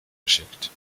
geschickt